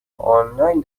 آنلاین